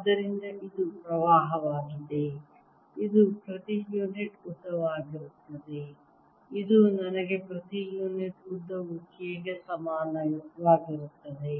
ಆದ್ದರಿಂದ ಇದು ಪ್ರವಾಹವಾಗಿದೆ ಇದು ಪ್ರತಿ ಯುನಿಟ್ ಉದ್ದವಾಗಿರುತ್ತದೆ ಇದು ನನಗೆ ಪ್ರತಿ ಯೂನಿಟ್ ಉದ್ದವು K ಗೆ ಸಮಾನವಾಗಿರುತ್ತದೆ